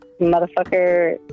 motherfucker